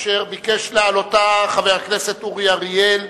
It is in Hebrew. אשר ביקש להעלותה חבר הכנסת אורי אריאל: